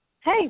Hey